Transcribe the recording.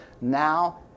Now